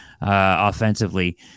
offensively